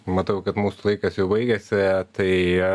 matau kad mūsų laikas jau baigiasi tai